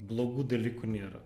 blogų dalykų nėra